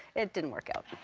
it didn't work out.